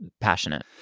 passionate